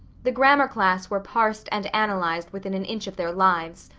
the grammar class were parsed and analyzed within an inch of their lives.